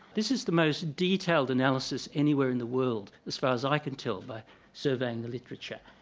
this is the most detailed analysis anywhere in the world as far as i can tell by surveying the literature.